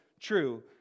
true